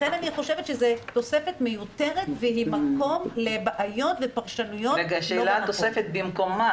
לכן אני חושבת שזאת תוספת מיותרת והיא מקור לבעיות ולפרשנויות לא במקום.